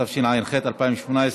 התשע"ח 2018,